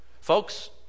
Folks